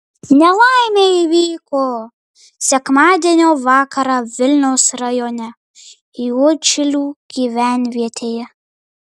nelaimė įvyko sekmadienio vakarą vilniaus rajone juodšilių gyvenvietėje